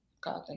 God